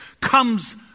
comes